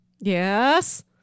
Yes